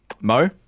Mo